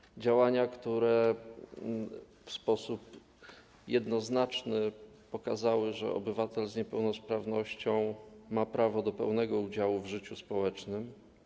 Chodzi o działania, które w sposób jednoznaczny pokazały, że obywatel z niepełnosprawnością ma prawo do pełnego udziału w życiu społecznym.